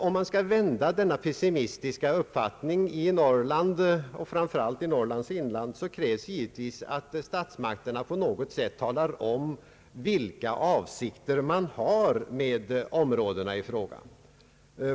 Om man skall vända denna pessimistiska uppfattning i Norrland och framför allt i Norrlands inland, krävs det givetvis att statsmakterna på något sätt talar om vilka avsikter man har med områdena i fråga.